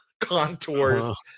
contours